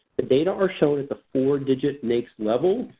the data are shown at the four digit naics level,